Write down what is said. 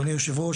אדוני היושב-ראש,